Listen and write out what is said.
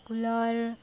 cooler